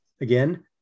again